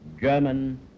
German